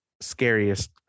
scariest